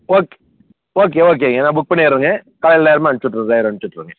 okay okay ஓகேங்க நான் book பண்ணிடுறேங்க காலையில் நேரமாக அனுப்பிச்சுட்றேங்க ட்ரைவரை அனுப்பிச்சுட்றேங்க